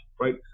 right